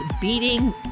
beating